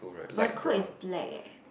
my coat is black eh